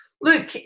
look